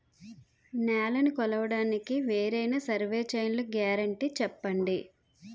నేలనీ కొలవడానికి వేరైన సర్వే చైన్లు గ్యారంటీ చెప్పండి?